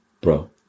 bro